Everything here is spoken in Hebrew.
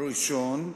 הראשון,